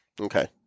Okay